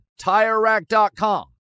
TireRack.com